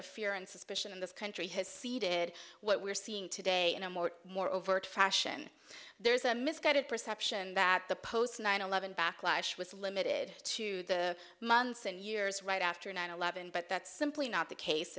of fear and suspicion in this country has ceded what we're seeing today in a more more overt fashion there's a misguided perception that the post nine eleven backlash was limited to the months and years right after nine eleven but that's simply not the case